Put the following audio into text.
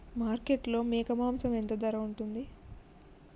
మార్కెట్లో మేక మాంసం ధర ఎంత ఉంటది?